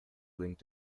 linked